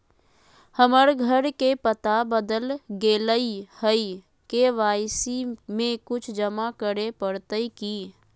हमर घर के पता बदल गेलई हई, के.वाई.सी में कुछ जमा करे पड़तई की?